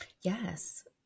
Yes